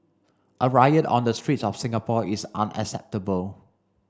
a riot on the streets of Singapore is unacceptable